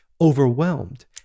overwhelmed